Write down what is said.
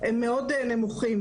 הם מאוד נמוכים,